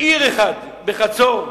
בעיר אחת, בחצור,